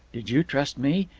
did you trust me?